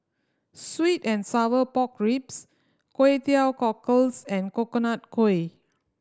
sweet and sour pork ribs Kway Teow Cockles and Coconut Kuih